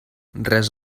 res